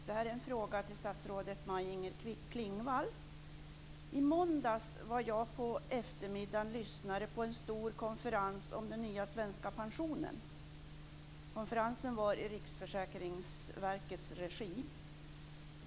Fru talman! Detta är en fråga till statsrådet Maj Inger Klingvall. I måndags var jag på eftermiddagen lyssnare på en stor konferens om den nya svenska pensionen. Konferensen var i Riksförsäkringsverkets regi.